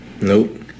Nope